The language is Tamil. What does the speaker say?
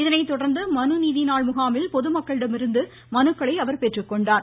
இதனைத்தொடர்ந்து மனு நீதி நாள் முகாமில் பொதுமக்களிடமிருந்து மனுக்களை அவர் பெற்றுக்கொண்டார்